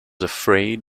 afraid